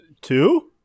Two